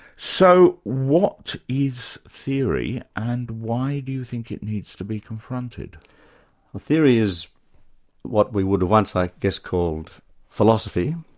so what is theory and why do you think it needs to be confronted? the theory is what we would have once i guess, called philosophy,